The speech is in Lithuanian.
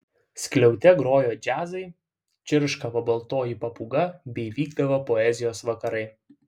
skliaute grojo džiazai čirškavo baltoji papūga bei vykdavo poezijos vakarai